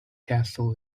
castle